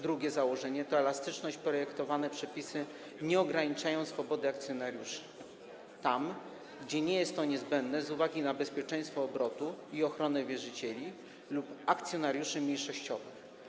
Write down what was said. Drugie założenie to elastyczność - projektowane przepisy nie ograniczają swobody akcjonariuszy tam, gdzie nie jest to niezbędne z uwagi na bezpieczeństwo obrotu i ochronę wierzycieli lub akcjonariuszy mniejszościowych.